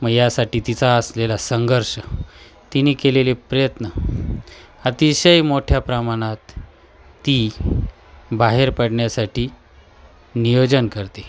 मग यासाठी तिचा असलेला संघर्ष तिनी केलेले प्रयत्न अतिशय मोठ्या प्रमाणात ती बाहेर पडण्यासाठी नियोजन करते